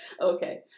Okay